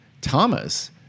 Thomas